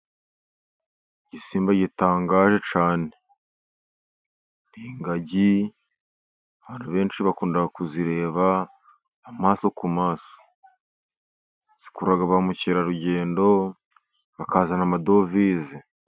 Igisimba gitangaje cyane ni ingagi, abantu benshi bakunda kuzireba amaso ku maso, zikurura ba mukerarugendo, bakazana amadovize.